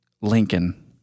Lincoln